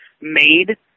made